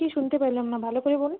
কি শুনতে পারলাম না ভালো করে বলুন